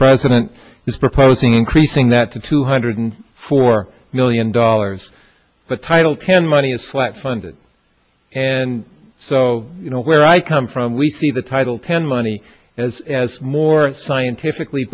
president is proposing increasing that to two hundred four million dollars but title ten money is flat funded and so you know where i come from we see the title ten money as more scientifically